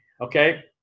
okay